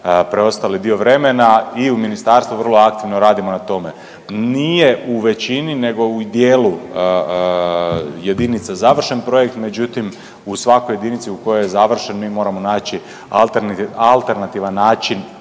preostali dio vremena i u Ministarstvu vrlo aktivno radimo na tome. Nije u većini nego u dijelu jedinica završen projekt, no međutim u svakoj jedinici u kojoj je završen mi moramo naći alternativan način